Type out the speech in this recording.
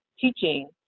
teaching